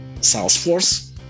salesforce